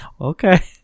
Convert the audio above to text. Okay